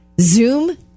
Zoom